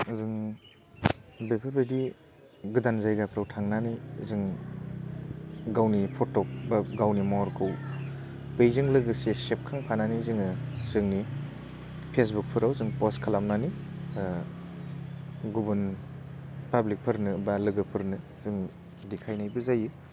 जों बेफोरबायदि गोदान जायगाफ्राव थांनानै जों गावनि फट' बा गावनि महरखौ बेजों लोगोसे सेबखांफानानै जोङो जोंनि फेसबुकफोराव जों पस्ट खालामनानै गुबुन पाब्लिकफोरनो बा लोगोफोरनो जों देखायनायबो जायो